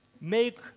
make